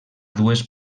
dues